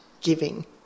giving